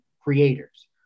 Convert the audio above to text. creators